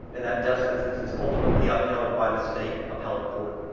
and that death sentence is ultimately upheld by the state appellate court.